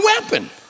weapon